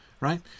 right